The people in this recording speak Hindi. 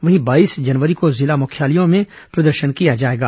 वहीं बाईस जनवरी को जिला मुख्यालयों में प्रदर्शन किया जाएगा